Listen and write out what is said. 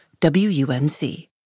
WUNC